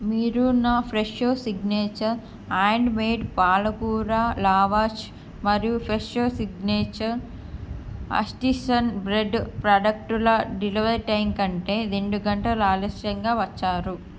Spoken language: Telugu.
మీరు నా ఫ్రెషో సిగ్నేచర్ యాండ్ మేడ్ పాలకూర లావాష్ మరియు ఫ్రెషో సిగ్నేచర్ అస్టిసన్ బ్రెడ్ ప్రాడక్టుల డెలివరీ టైం కంటే రెండు గంటలు ఆలస్యంగా వచ్చారు